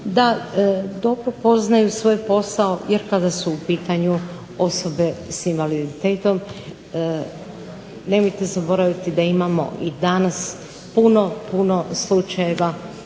da dobro poznaju svoj posao, jer kada su u pitanju osobe sa invaliditetom nemojte zaboraviti da imamo i danas puno, puno slučajeva